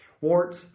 Warts